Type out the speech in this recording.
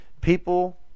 people